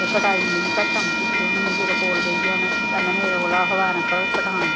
ते कटाई मिगी घट् ही ते उ'नें मिगी मेरे कोल बेही जाना पैह्लां मेरे कोला अखबारां पर कटानी